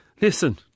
listen